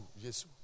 Jesus